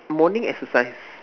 morning exercise